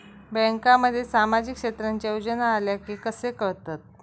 बँकांमध्ये सामाजिक क्षेत्रांच्या योजना आल्या की कसे कळतत?